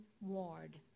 Ward